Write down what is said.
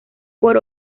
por